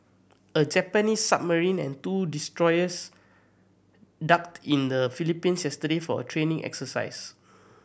a Japanese submarine and two destroyers docked in the Philippines yesterday for a training exercise